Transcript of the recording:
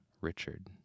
Richard